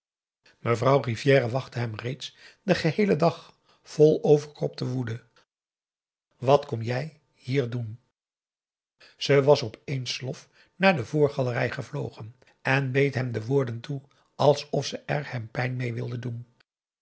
mevrouw rivière wachtte hem reeds den geheelen dag vol overkropte woede wat kom jij hier doen ze was op één slof naar de voorgalerij gevlogen en beet hem de woorden toe alsof ze er hem pijn mêe wilde doen